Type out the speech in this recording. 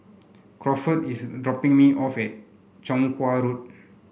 Crawford is dropping me off at Chong Kuo Road